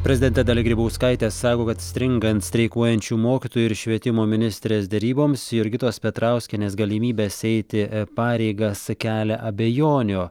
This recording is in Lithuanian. prezidentė dalia grybauskaitė sako kad stringant streikuojančių mokytojų ir švietimo ministrės deryboms jurgitos petrauskienės galimybės eiti pareigas kelia abejonių